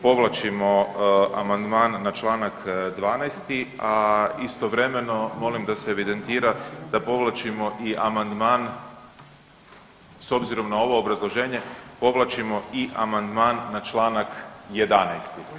Povlačimo amandman na čl. 12., a istovremeno molim da se evidentira da povlačimo i amandman, s obzirom na ovo obrazloženje povlačimo i amandman na čl. 11.